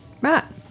Matt